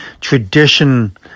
tradition